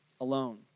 alone